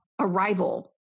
arrival